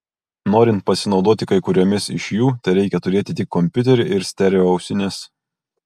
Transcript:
norint pasinaudoti kai kurioms iš jų tereikia turėti tik kompiuterį ir stereo ausines